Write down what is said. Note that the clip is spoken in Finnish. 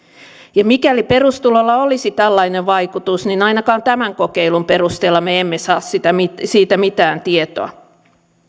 ja mikäli perustulolla olisi tällainen vaikutus niin ainakaan tämän kokeilun perusteella me emme saa siitä mitään tietoa